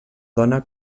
dona